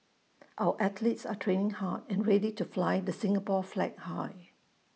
our athletes are training hard and ready to fly the Singapore flag high